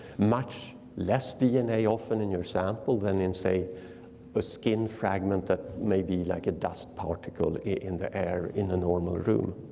much less dna often in your sample then in say a skin fragment that may be like a dust particle in the air in a normal room.